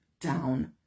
down